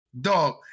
Dog